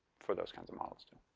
for those kinds of models, too.